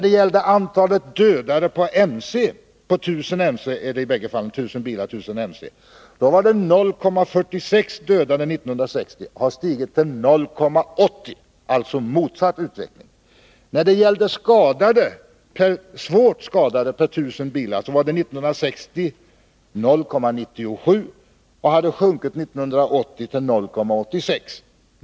Antalet dödade per 1 000 MC 1960 var 0,46 och hade stigit 1980 till 0,80 — dvs. en motsatt utveckling. När det gäller svårt skadade per 1 000 bilar var antalet 0,97 år 1960, och det hade sjunkit till 0,86 år 1980.